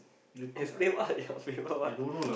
explain what your favourite what